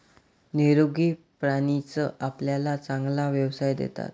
निरोगी प्राणीच आपल्याला चांगला व्यवसाय देतात